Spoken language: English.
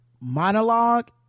monologue